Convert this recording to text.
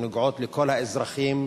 הן נוגעות לכל האזרחים.